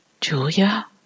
Julia